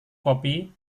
kopi